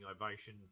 ovation